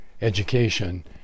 education